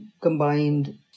combined